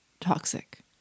toxic